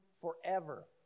forever